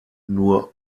nur